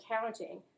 counting